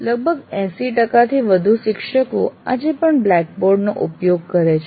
લગભગ 80 ટકાથી વધુ શિક્ષકો આજે પણ બ્લેકબોર્ડ નો ઉપયોગ કરે છે